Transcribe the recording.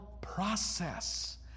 process